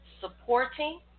supporting